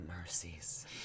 mercies